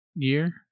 year